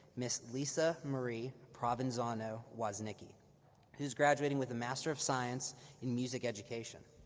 ms. lisa marie provenzano woznicki, who is graduating with a master of science in music education.